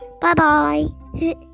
Bye-bye